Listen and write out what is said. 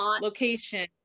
location